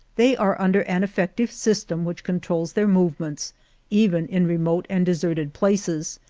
they are under an effective system which controls their movements even in remote and deserted places,